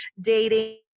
dating